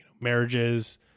marriages